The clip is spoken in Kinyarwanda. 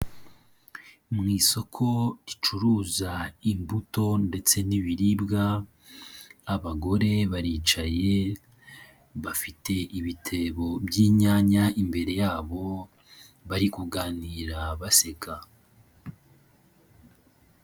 Mu isoko ricuruza imbuto ndetse n'ibiribwa, abagore baricaye bafite ibitebo by'inyanya imbere yabo bari kuganira baseka.